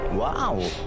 Wow